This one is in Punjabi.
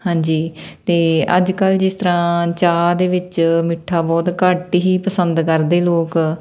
ਹਾਂਜੀ ਅਤੇ ਅੱਜ ਕੱਲ੍ਹ ਜਿਸ ਤਰ੍ਹਾਂ ਚਾਹ ਦੇ ਵਿੱਚ ਮਿੱਠਾ ਬਹੁਤ ਘੱਟ ਹੀ ਪਸੰਦ ਕਰਦੇ ਲੋਕ